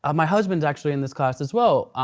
um my husband's actually in this class as well.